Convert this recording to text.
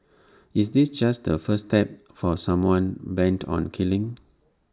is this just the first step for someone bent on killing